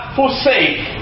forsake